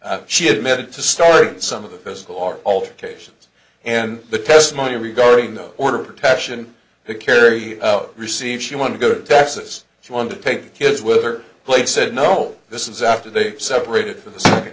she admitted to start some of the physical are ultra cations and the testimony regarding the order of protection the kerry received she wanted to go to texas she wanted to take the kids with her plate said no this is after they separated for the second